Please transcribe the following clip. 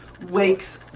Wakes